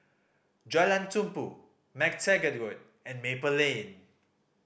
Jalan Tumpu MacTaggart Road and Maple Lane